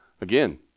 Again